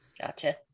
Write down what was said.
gotcha